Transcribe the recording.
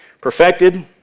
Perfected